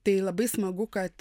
tai labai smagu kad